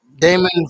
Damon